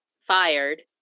fired